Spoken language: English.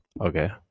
Okay